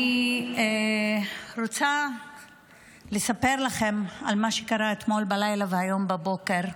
אני רוצה לספר לכם על מה שקרה אתמול בלילה והיום בבוקר,